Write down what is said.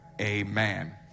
amen